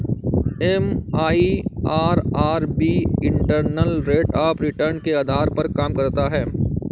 MIRR भी internal rate of return के आधार पर काम करता है